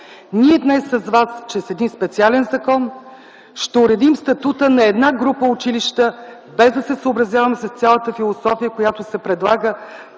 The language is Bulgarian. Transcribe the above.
Ние днес с вас чрез един специален закон ще уредим статута на една група училища без да се съобразяваме с цялата философия, която се предлага,